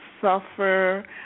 suffer